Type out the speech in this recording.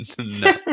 No